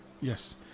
Yes